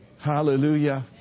Hallelujah